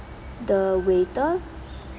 the waiter